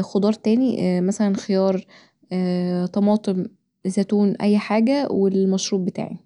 خضار تاني مثلا خيار طماطم زتون اي حاجه والمشروب بتاعي